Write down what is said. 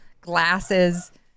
glasses